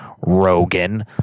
rogan